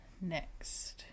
next